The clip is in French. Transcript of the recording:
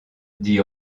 dit